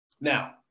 Now